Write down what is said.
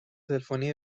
تلفنی